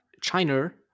China